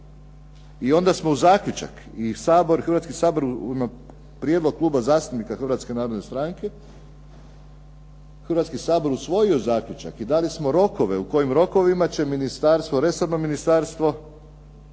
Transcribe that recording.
I onda smo u zaključak i Hrvatski sabor u ime prijedloga Kluba zastupnika Hrvatske narodne stranke, Hrvatski sabor usvojio zaključak i dali smo rokove u kojim rokovima će resorno ministarstvo